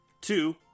two